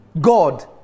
God